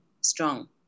strong